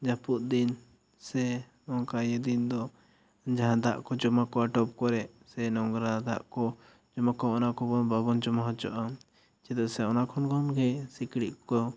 ᱡᱟᱹᱯᱩᱫ ᱫᱤᱱ ᱥᱮ ᱚᱝᱠᱟ ᱤᱭᱟᱹ ᱫᱤᱱ ᱫᱚ ᱡᱟᱦᱟᱸ ᱫᱟᱜ ᱠᱚ ᱡᱚᱢᱟ ᱠᱚᱜᱼᱟ ᱴᱚᱵ ᱠᱚᱨᱮ ᱥᱮ ᱱᱚᱝᱨᱟ ᱫᱟᱜ ᱠᱚ ᱡᱚᱢᱟᱠᱚ ᱚᱱᱟ ᱠᱚ ᱵᱟᱝᱵᱚᱱ ᱡᱟᱢᱟ ᱦᱚᱪᱚᱣᱟᱜᱼᱟ ᱪᱮᱫᱟᱜ ᱥᱮ ᱚᱱᱟ ᱠᱚ ᱠᱷᱚᱱ ᱜᱮ ᱥᱤᱠᱬᱤᱡ ᱠᱚ